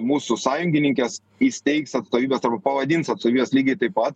mūsų sąjungininkės įsteigs atstovybes arba pavadins atstovybes lygiai taip pat